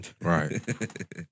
Right